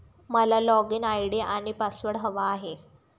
मला login ID आणि password हवा आहे